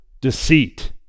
deceit